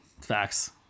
Facts